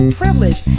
privilege